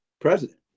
president